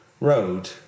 road